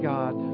God